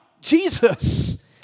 Jesus